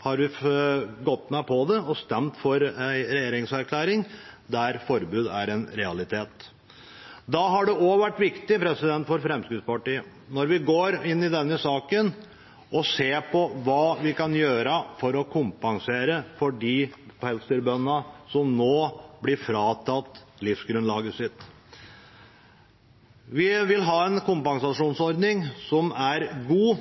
har vi gått med på det og stemt for en regjeringserklæring der forbud er en realitet. Da har det også vært viktig for Fremskrittspartiet, når vi går inn i denne saken, å se på hva vi kan gjøre for å kompensere de pelsdyrbøndene som nå blir fratatt livsgrunnlaget sitt. Vi vil ha en kompensasjonsordning som er god,